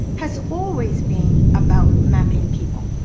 has always been about mapping people.